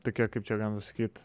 tokie kaip čia galima pasakyt